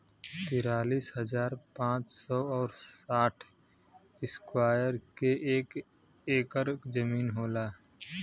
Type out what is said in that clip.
तिरालिस हजार पांच सौ और साठ इस्क्वायर के एक ऐकर जमीन होला